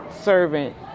servant